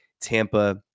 Tampa